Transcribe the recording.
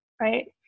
right